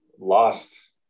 lost